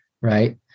Right